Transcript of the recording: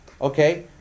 okay